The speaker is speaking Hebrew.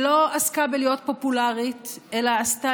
שלא עסקה בלהיות פופולרית אלא עשתה